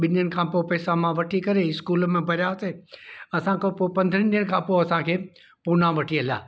ॿिनि ॾींहनि खां पोइ मां पैसा वठी करे स्कूल में भरियासीं असांखे पोइ पंद्रहं ॾींहनि खां पोइ असांखे पूणे वठी हलिया